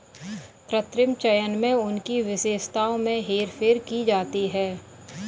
कृत्रिम चयन में उनकी विशेषताओं में हेरफेर की जाती है